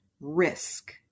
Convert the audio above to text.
risk